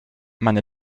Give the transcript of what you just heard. meine